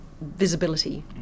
visibility